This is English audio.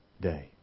day